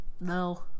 No